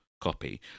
copy